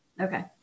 Okay